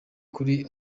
kuri